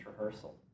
rehearsal